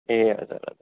ए हजुर हजुर